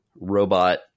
robot